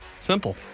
simple